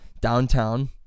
downtown